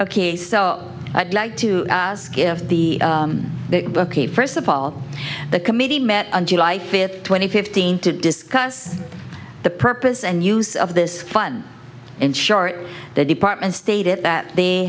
ok so i'd like to give the ok first of all the committee met on july fifth twenty fifteen to discuss the purpose and use of this fun in short the department stated that they